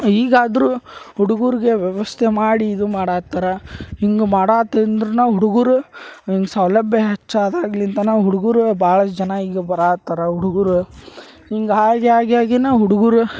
ಈಗಾದರು ಹುಡ್ಗುರ್ಗೆ ವ್ಯವಸ್ಥೆ ಮಾಡಿ ಇದು ಮಾಡಹತ್ತಾರ ಹಿಂಗೆ ಮಾಡಕತ್ತಿಂದ್ರನ ಹುಡ್ಗುರು ಹಿಂಗೆ ಸೌಲಭ್ಯ ಹೆಚ್ಚಾದಾಗ್ಲಿಂದನ ಹುಡುಗರು ಭಾಳಷ್ಟು ಜನ ಈಗ ಬರಹತ್ತಾರ ಹುಡ್ಗುರು ಹಿಂಗೆ ಆಗಿ ಆಗಿ ಆಗಿನ ಹುಡ್ಗುರು